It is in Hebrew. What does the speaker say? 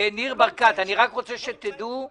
ניר ברקת, אני רק רוצה שתדעו: